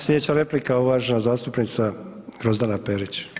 Sljedeća replika uvažena zastupnica Grozdana Perić.